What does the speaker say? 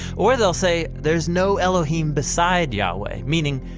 or, they will say, there is no elohim besides yahweh. meaning,